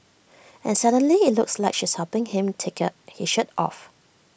and suddenly IT looks like she's helping him take his shirt off